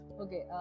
okay